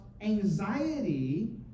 anxiety